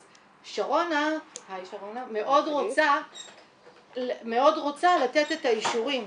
אז שרונה מאוד רוצה לתת את האישורים